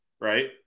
Right